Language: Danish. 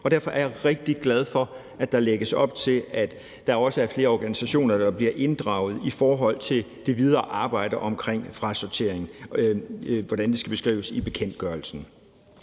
og derfor er jeg rigtig glad for, at der lægges op til, at der også er flere organisationer, der bliver inddraget i det videre arbejde omkring frasortering, og hvordan det skal beskrives i bekendtgørelsen.